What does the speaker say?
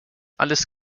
alles